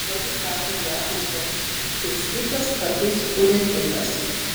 kartais rašo diagnozę cistitas kartais uretritas